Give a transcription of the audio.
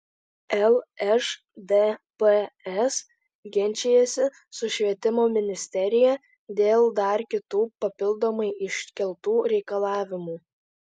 lšdps ginčijasi su švietimo ministerija dėl dar kitų papildomai iškeltų reikalavimų